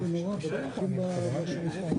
נתחיל בנושא השני שעל